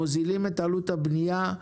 מוזילים את עלות הבנייה.